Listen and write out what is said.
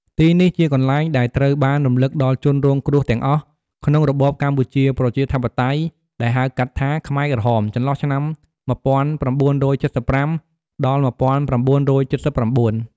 ទីនេះជាកន្លែងដែលត្រូវបានរំលឹកដល់ជនរងគ្រោះទាំងអស់ ក្នុងរបបកម្ពុជាប្រជាធិបតេយ្យ ដែលហៅកាត់ថា ខ្មែរក្រហម ចន្លោះឆ្នាំ ១៩៧៥ ដល់ ១៩៧៩។